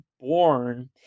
born